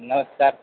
नमस्कारः